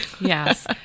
yes